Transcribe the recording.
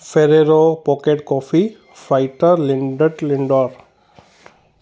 Ferrero pocket coffee fighter linter Lindor